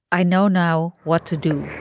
i know now what to do.